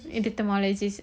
dermatologist